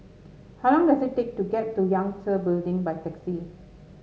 how long does it take to get to Yangtze Building by taxi